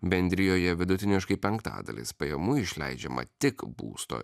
bendrijoje vidutiniškai penktadalis pajamų išleidžiama tik būsto